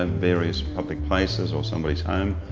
um various public places or somebodys home.